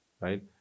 right